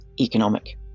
Economic